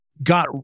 Got